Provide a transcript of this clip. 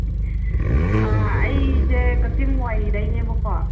ꯑꯩꯁꯦ ꯀꯛꯆꯤꯡ ꯋꯥꯏꯗꯒꯤꯅꯦꯕꯀꯣ